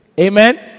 Amen